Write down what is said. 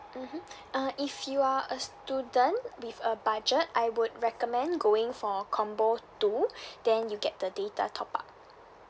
mmhmm uh if you are a student with a budget I would recommend going for combo two then you get the data top up